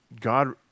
God